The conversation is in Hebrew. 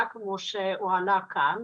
כמו שהועלה כאן.